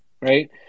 right